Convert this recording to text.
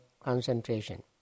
concentration